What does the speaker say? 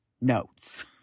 notes